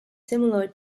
similar